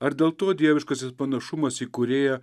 ar dėl to dieviškasis panašumas į kūrėją